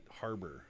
harbor